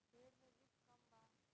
भेड़ मे रिस्क कम बा